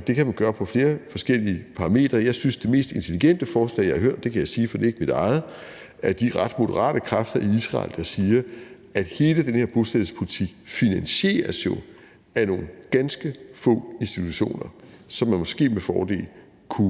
Det kan man gøre på flere forskellige parameter. Jeg synes, at det mest intelligente forslag, jeg har hørt om – og det kan jeg sige, fordi det ikke er mit eget – er de ret moderate kræfter i Israel, der siger, at hele den her bosættelsespolitik jo finansieres af nogle ganske få institutioner, som man måske med fordel kunne